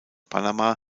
panama